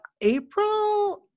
April